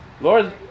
Lord